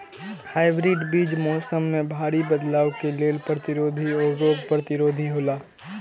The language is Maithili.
हाइब्रिड बीज मौसम में भारी बदलाव के लेल प्रतिरोधी और रोग प्रतिरोधी हौला